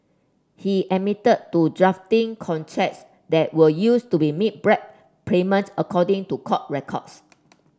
he admitted to drafting contracts that were used to be make bribe payment according to court records